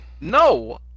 No